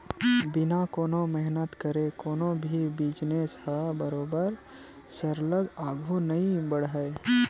बिना कोनो मेहनत करे कोनो भी बिजनेस ह बरोबर सरलग आघु नइ बड़हय